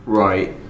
right